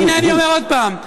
הינה, אני אומר עוד פעם.